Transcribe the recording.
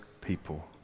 people